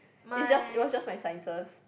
is just it was just my sciences